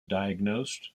diagnosed